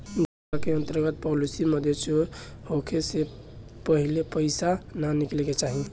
जीवन बीमा के अंतर्गत पॉलिसी मैच्योर होखे से पहिले पईसा ना निकाले के चाही